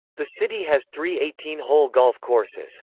the city has three eighteen hole golf courses.